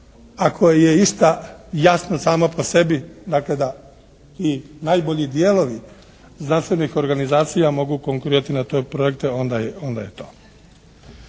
Ako je išta jasno samo po sebi dakle, da i najbolji dijelovi znanstvenih organizacija mogu konkurirati na te projekte onda je to.